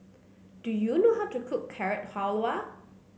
do you know how to cook Carrot Halwa